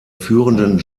führenden